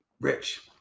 Rich